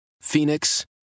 Phoenix